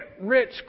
rich